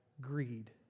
greed